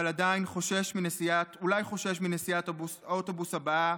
אבל עדיין אולי חושש מנסיעת האוטובוס הבאה,